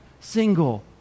single